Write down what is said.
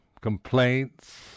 complaints